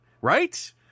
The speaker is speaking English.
right